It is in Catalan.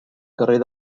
carrer